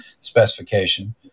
specification